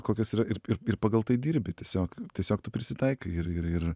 kokios yra ir ir ir pagal tai dirbi tiesiog tiesiog tu prisitaikai ir ir ir